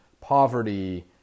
poverty